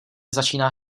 začíná